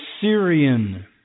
Syrian